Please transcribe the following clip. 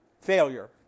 failure